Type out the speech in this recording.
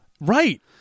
Right